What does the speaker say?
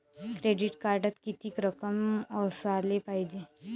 Credit कार्डात कितीक रक्कम असाले पायजे?